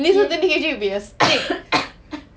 你瘦 twenty K_G you'll be a stick